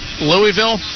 Louisville